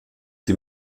die